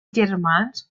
germans